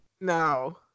No